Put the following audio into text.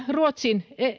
ruotsin